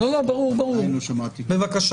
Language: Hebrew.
עדיין לא שמעתי --- ברור.